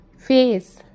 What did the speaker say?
Face